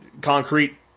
concrete